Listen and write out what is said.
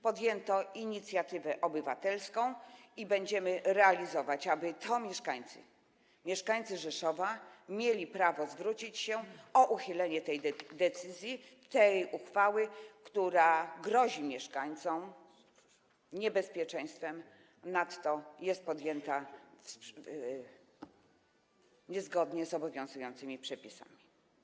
Podjęto inicjatywę obywatelską, i będziemy ją realizować, aby to mieszkańcy Rzeszowa mieli prawo zwrócić się o uchylenie tej decyzji, tej uchwały, która grozi tym mieszkańcom niebezpieczeństwem, nadto jest podjęta niezgodnie z obowiązującymi przepisami.